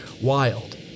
wild